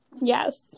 Yes